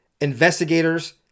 investigators